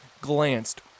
glanced